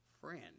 friend